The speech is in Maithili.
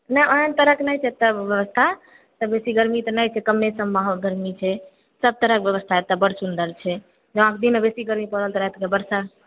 नहि आन तरहक नहि छै एतए व्यवस्था बेशी गरमी तऽ नहि छै कम्मे सम गरमी छै सब तरह के व्यवस्था एतए बड्ड सुन्दर छै हँ दिनमे बेशी गर्मी पड़ल तऽ रातिमे वर्षा